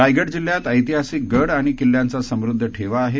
रायगड जिल्ह्यात ऐतिहासिक गड आणि किल्ल्यांचा समृध्द ठेवा आहे